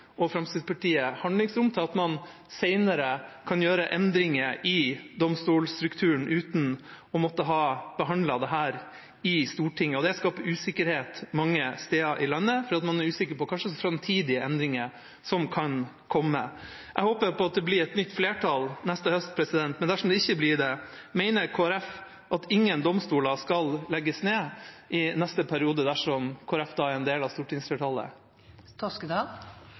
og Fremskrittspartiet handlingsrom til at man senere kan gjøre endringer i domstolstrukturen uten å måtte ha behandlet dette i Stortinget. Det skaper usikkerhet mange steder i landet, for man er usikker på hvilke framtidige endringer som kan komme. Jeg håper det blir et nytt flertall neste høst, men dersom det ikke blir det: Mener Kristelig Folkeparti at ingen domstoler skal legges ned i neste periode dersom Kristelig Folkeparti da er en del av stortingsflertallet?